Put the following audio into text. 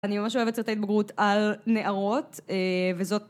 אני ממש אוהבת סרטי התבגרות על נערות וזאת